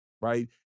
right